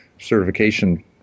certification